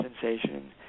sensation